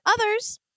others